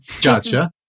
Gotcha